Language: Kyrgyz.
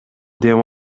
дем